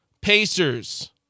Pacers